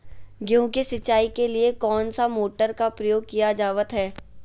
गेहूं के सिंचाई के लिए कौन सा मोटर का प्रयोग किया जावत है?